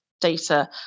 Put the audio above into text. data